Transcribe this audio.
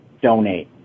donate